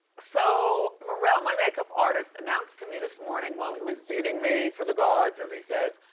so marelle, my make-up artist announced to me this morning while he was beating me for the gods, as he says.